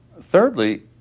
thirdly